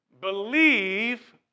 believe